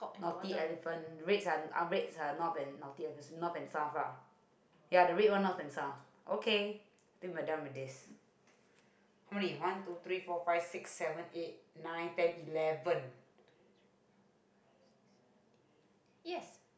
top and bottom yes